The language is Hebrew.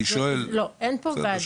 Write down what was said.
אני שואל אותך.